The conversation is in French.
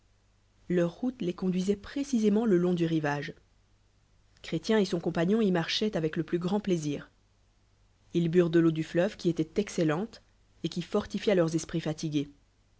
leur rolite tes conduisait précisément le long du rivage chrétien et son coîdpagnon y marchaient avec le plus grand plaisir ils burent t de l'éau du fleuve qui étoit excellente et qui fectifia leurs esprits fatigués